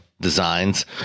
designs